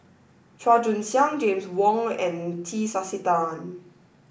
Chua Joon Siang James Wong and T Sasitharan